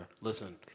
Listen